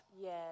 Yes